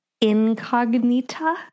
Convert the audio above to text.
Incognita